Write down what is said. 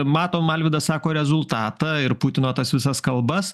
matom alvydas sako rezultatą ir putino tas visas kalbas